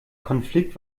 konflikt